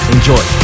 Enjoy